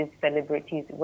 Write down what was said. celebrities